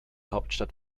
hauptstadt